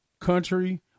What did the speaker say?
country